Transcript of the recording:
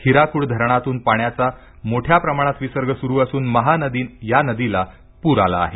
हिराकुड धरणातून पाण्याचा मोठ्या प्रमाणात विसर्ग सुरू असून महानदी या नदीला पूर आला आहे